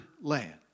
land